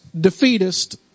defeatist